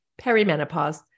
perimenopause